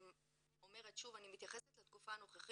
אני אומרת שוב, אני מתייחסת לתקופה הנוכחית,